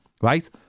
right